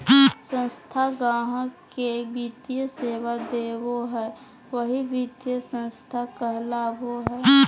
संस्था गाहक़ के वित्तीय सेवा देबो हय वही वित्तीय संस्थान कहलावय हय